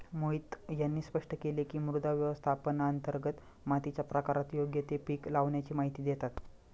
मोहित यांनी स्पष्ट केले की, मृदा व्यवस्थापनांतर्गत मातीच्या प्रकारात योग्य ते पीक लावाण्याची माहिती देतात